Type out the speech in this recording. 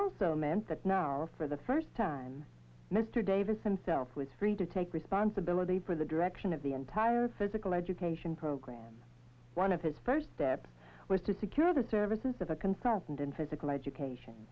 also meant that now or for the first time mr davidson self was free to take responsibility for the direction of the entire physical education program one of his first step was to secure the services of a consultant in physical education